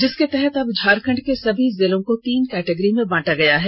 जिसके तहत अब झारखंड के सभी जिलों को तीन कैटेगरी में बांटा गया है